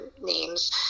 names